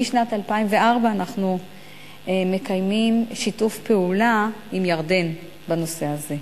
משנת 2004 אנחנו מקיימים שיתוף פעולה עם ירדן בנושא הזה.